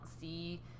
see